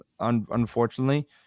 unfortunately